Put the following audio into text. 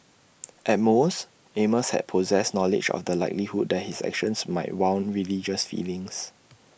at most amos had possessed knowledge of the likelihood that his actions might wound religious feelings